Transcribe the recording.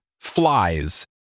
flies